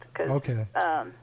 Okay